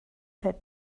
had